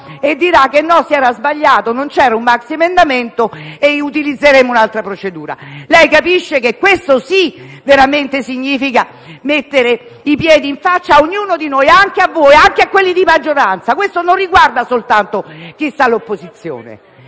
e dirà che si era sbagliato, che non c'era un maxiemendamento e allora utilizzeremo un'altra procedura. Lei capisce, Presidente, che questo sì, veramente, significa mettere i piedi in faccia a ognuno di noi, anche a voi, anche alla maggioranza. Il problema non riguarda soltanto chi sta all'opposizione,